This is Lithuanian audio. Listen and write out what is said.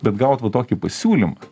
bet gaut va tokį pasiūlymą